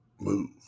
move